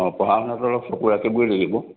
অ' পঢ়া শুনাটো অলপ চকু ৰাখিবই লাগিব